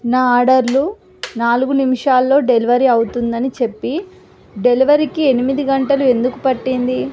నా ఆర్డరులు నాలుగు నిమిషాల్లో డెలివరీ అవుతుందని చెప్పి డెలివరీకి ఎనిమిది గంటలు ఎందుకు పట్టింది